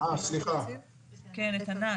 אנחנו לא מייעדים